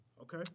Okay